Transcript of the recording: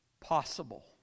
possible